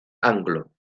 anglo